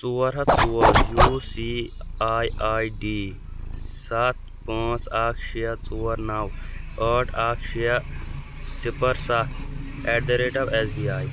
ژور ہَتھ ژور U C I I D سَتھ پانٛژھ اَکھ شےٚ ژور نَو ٲٹھ اَکھ شےٚ صِفَر سَتھ at the rate of S B I